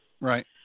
Right